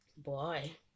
boy